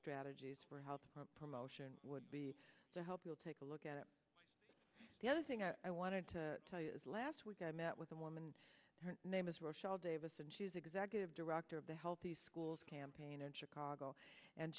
strategies for health promotion would be to help you'll take a look at the other thing i wanted to tell you is last week i met with a woman her name is rochelle davis and she's executive director of the healthy schools campaign in chicago and